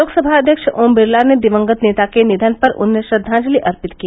लोकसभा अध्यक्ष ओम बिरला ने दिवंगत नेता के निधन पर उन्हें श्रद्धांजलि अर्पित की